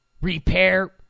repair